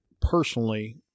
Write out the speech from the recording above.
Personally